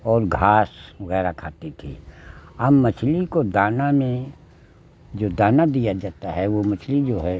और घास वगैरह खाती थी हम मछली को दाना में जो दाना दिया जाता है वह मछली जो है